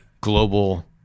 global